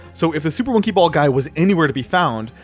so if the super monkey ball guy was anywhere to be found,